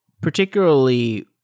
particularly